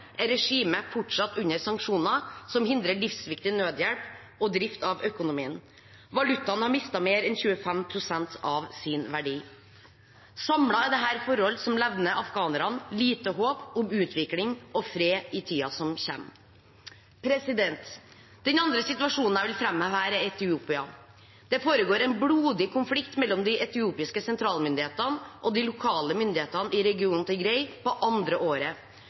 er regimet fortsatt under sanksjoner som hindrer livsviktig nødhjelp og drift av økonomien. Valutaen har mistet mer enn 25 pst. av sin verdi. Samlet er dette forhold som levner afghanerne lite håp om utvikling og fred i tiden som kommer. Den andre situasjonen jeg vil framheve, er Etiopia. På andre året foregår det en blodig konflikt mellom de etiopiske sentralmyndighetene og de lokale myndighetene i regionen